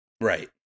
Right